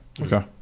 Okay